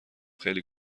خیلی